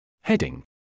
Heading